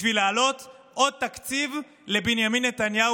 בשביל להעלות עוד תקציב לבנימין נתניהו,